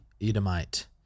Edomite